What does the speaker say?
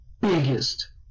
biggest